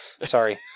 Sorry